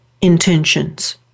intentions